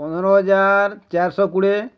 ପନ୍ଦର ହଜାର ଚାରିଶ କୁଡ଼େ